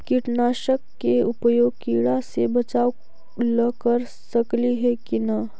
कीटनाशक के उपयोग किड़ा से बचाव ल कर सकली हे की न?